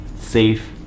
safe